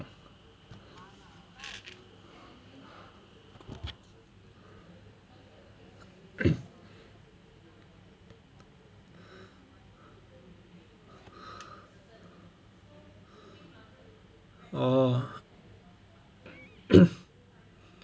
oh